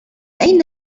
أين